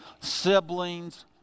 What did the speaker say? siblings